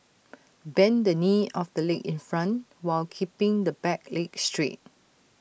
bend the knee of the leg in front while keeping the back leg straight